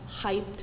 hyped